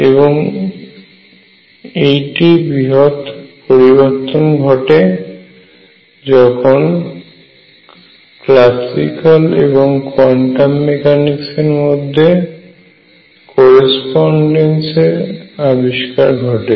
এবং এরপর Heisenberg classical এবং কোয়ান্টাম মেকানিক্সের মধ্যে করেসপন্ডেন্স এর আবিষ্কার করেন